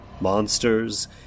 Monsters